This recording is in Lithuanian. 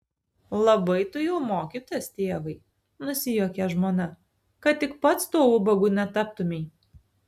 labai tu jau mokytas tėvai nusijuokė žmona kad tik pats tuo ubagu netaptumei